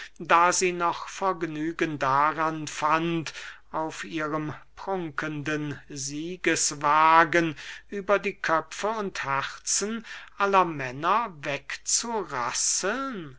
da sie noch vergnügen daran fand auf ihrem prunkenden siegeswagen über die köpfe und herzen aller männer